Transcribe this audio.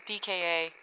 DKA